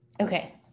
okay